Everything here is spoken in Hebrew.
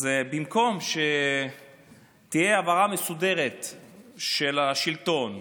אז במקום שתהיה העברה מסודרת של השלטון,